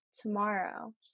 tomorrow